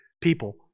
people